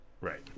Right